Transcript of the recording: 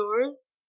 stores